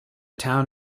town